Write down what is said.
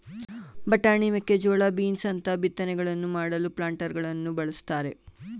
ಬಟಾಣಿ, ಮೇಕೆಜೋಳ, ಬೀನ್ಸ್ ಅಂತ ಬಿತ್ತನೆಗಳನ್ನು ಮಾಡಲು ಪ್ಲಾಂಟರಗಳನ್ನು ಬಳ್ಸತ್ತರೆ